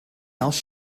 else